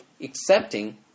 Accepting